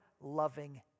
loving